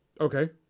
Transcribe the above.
Okay